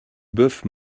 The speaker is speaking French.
boeuf